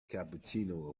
cappuccino